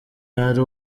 hari